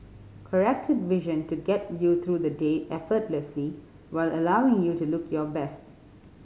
corrected vision to get you through the day effortlessly while allowing you to look your best